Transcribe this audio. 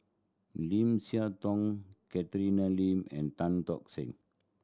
Lim Siah Tong Catherine Lim and Tan Tock Seng